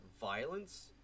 violence